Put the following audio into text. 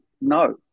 no